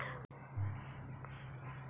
मोला बकरी खरीदे बार ऋण मिलही कौन?